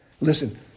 Listen